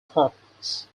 partners